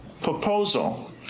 proposal